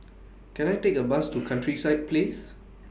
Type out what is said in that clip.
Can I Take A Bus to Countryside Place